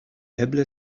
eble